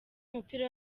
w’umupira